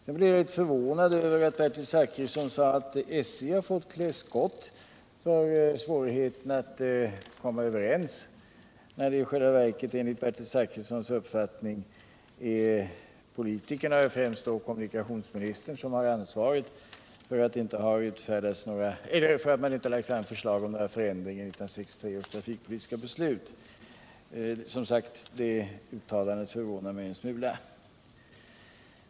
Jag blev litet förvånad över att Bertil Zachrisson sade att SJ har fått kläskott för svårigheterna att komma överens — när det i själva verket enligt Bertil Zachrissons uppfattning är politikerna, främst kommunikationsministern, som har ansvaret för att man inte har lagt fram förslag om några förändringar i 1963 års trafikpolitiska beslut. Det uttalandet förvånar mig som sagt en smula.